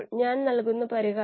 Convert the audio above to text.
അതിനാൽ നിങ്ങൾക്ക് 0